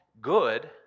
good